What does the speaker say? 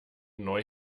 neu